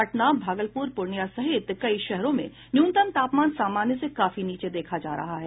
पटना भागलपुर पूर्णिया सहित कई शहरों में न्यूनतम तापमान सामान्य से काफी नीचे देखा जा रहा है